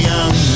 Young